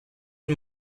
and